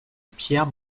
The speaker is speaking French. pierre